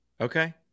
okay